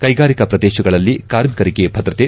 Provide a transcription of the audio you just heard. ಕೈಗಾರಿಕಾ ಪ್ರದೇಶಗಳಲ್ಲಿ ಕಾರ್ಮಿಕರಿಗೆ ಭದ್ರತೆ